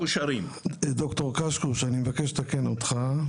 ד"ר קשקוש, אני מבקש לתקן אותך.